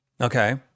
Okay